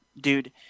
Dude